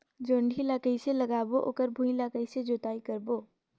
जोणी ला कइसे लगाबो ओकर भुईं ला कइसे जोताई करबो?